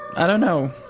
i don't know.